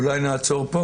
אולי נעצור פה?